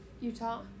Utah